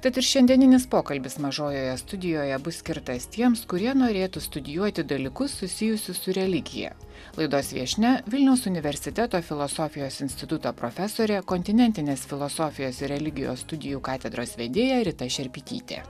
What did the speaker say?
tad ir šiandieninis pokalbis mažojoje studijoje bus skirtas tiems kurie norėtų studijuoti dalykus susijusius su religija laidos viešnia vilniaus universiteto filosofijos instituto profesorė kontinentinės filosofijos ir religijos studijų katedros vedėja rita šerpytytė